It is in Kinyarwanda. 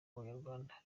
abanyarwanda